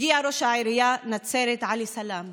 הגיע ראש עיריית נצרת עלי סלאם.